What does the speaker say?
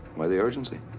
why the urgency?